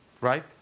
right